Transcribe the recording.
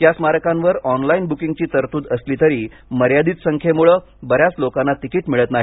या स्मारकांवर ऑनलाईन बुकिंगची तरतूद असली तरी मर्यादित संख्येमुळे बऱ्याच लोकांना तिकिट मिळत नाही